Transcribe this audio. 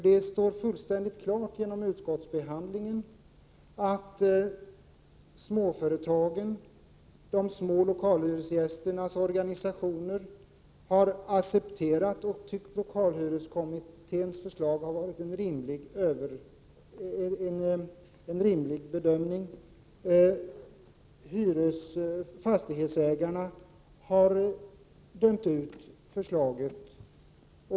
Det står fullständigt klart genom utskottsbehandlingen att småföretagen, de små lokalhyresgästernas organisationer, har accepterat lokalhyreskommitténs förslag och tyckt det vara en rimlig bedömning. Fastighetsägarna har dömt ut förslaget.